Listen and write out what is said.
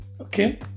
okay